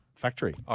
Factory